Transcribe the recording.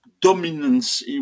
dominance